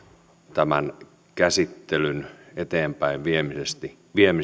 tämän käsittelyn eteenpäinviemisestä